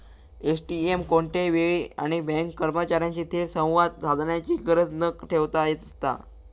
ATM कोणत्याही वेळी आणि बँक कर्मचार्यांशी थेट संवाद साधण्याची गरज न ठेवता असता